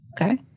Okay